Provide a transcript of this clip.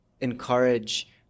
encourage